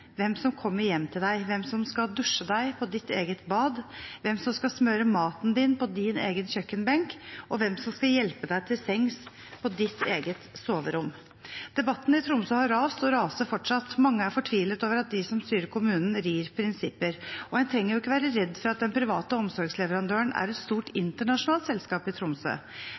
hvem som kommer hjem til deg, hvem som skal dusje deg på ditt eget bad, hvem som skal smøre maten din på din egen kjøkkenbenk, og hvem som skal hjelpe deg til sengs på ditt eget soverom. Debatten i Tromsø har rast og raser fortsatt. Mange er fortvilet over at de som styrer kommunen, rir prinsipper. En trenger ikke være redd for at den private omsorgsleverandøren er et stort internasjonalt selskap i Tromsø.